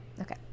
okay